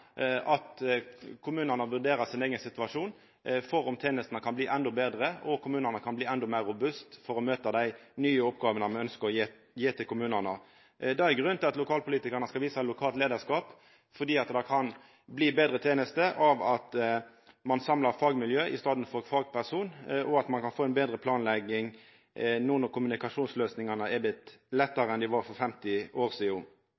at kommunane vurderer sin eigen situasjon, om tenestene kan bli endå betre og om kommunane kan bli endå meir robuste for å møta dei nye oppgåvene me ønskjer å gje til kommunane. Det er grunnen til at lokalpolitikarane skal visa lokalt leiarskap, for det kan bli betre tenester av at ein samlar fagmiljø i staden for fagpersonar, og ein kan få betre planleggjing no når kommunikasjonen er vorten lettare enn for 50 år sidan.